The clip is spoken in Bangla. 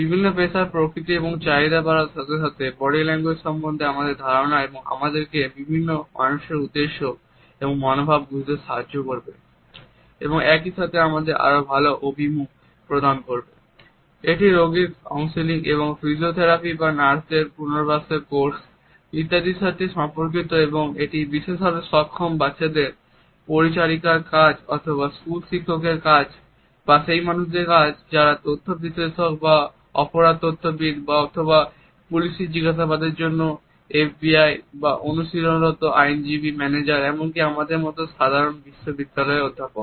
বিভিন্ন পেশার প্রকৃতি এবং চাহিদা বাড়ার সাথে সাথে বডি ল্যাঙ্গুয়েজ সম্বন্ধে আমাদের ধারণা আমাদেরকে বিভিন্ন মানুষের উদ্দেশ্য এবং মনোভাব বুঝতে সাহায্য এটি রোগীর কাউন্সেলিং বা ফিজিওথেরাপি বা নার্সদের পূনর্বাসনের কোর্স ইত্যাদির সাথে সম্পর্কিত অথবা এটি বিশেষভাবে সক্ষম বাচ্চাদের পরিচারিকার কাজ অথবা স্কুল শিক্ষকের কাজ বা সেই মানুষদের কাজ যারা তথ্য বিশ্লেষক বা অপরাধতত্ত্ববিদ অথবা পুলিশি জিজ্ঞাসাবাদের জন্য এফবিআই বা অনুশীলনরত আইনজীবী ম্যানেজার এমনকি আমাদের মতো সাধারণ বিশ্ববিদ্যালয়ের অধ্যাপক